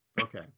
okay